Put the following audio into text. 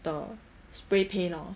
the spray paint hor